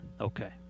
Okay